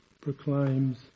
proclaims